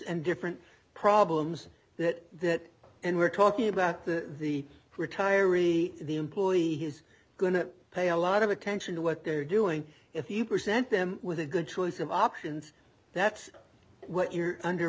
and different problems that that and we're talking about the the retiring the employee he's going to pay a lot of attention to what they're doing if you present them with a good choice of options that's what you're under